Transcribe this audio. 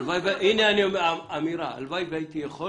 הלוואי והייתי יכול